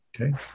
Okay